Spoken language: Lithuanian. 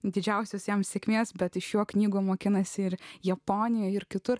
didžiausios jam sėkmės bet iš jo knygų mokinasi ir japonijoje ir kitur